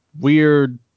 weird